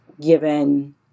given